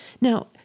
Now